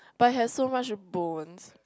but have so much bones